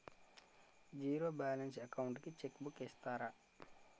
Zero balance account కి cheque book ఇస్తారా?